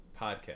podcast